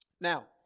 Now